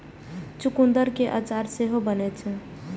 चुकंदर केर अचार सेहो बनै छै